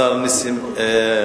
השר נסים זאב,